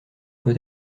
peut